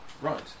Right